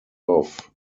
off